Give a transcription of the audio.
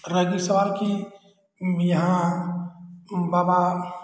रह गई सवाल की यहाँ बाबा